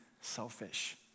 selfish